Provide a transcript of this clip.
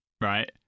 right